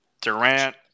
Durant